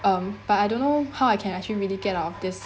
um but I don't know how I can actually really get out of this